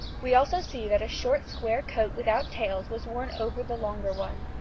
we also see that a short square coat without tails was worn over the longer one.